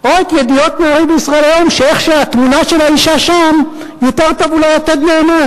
ועם סיומה הוארך תוקפו עוד כמה פעמים.